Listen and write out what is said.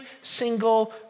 single